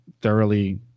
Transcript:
thoroughly